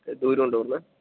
ദൂരം ഉണ്ടോ ഇവിടെ നിന്ന്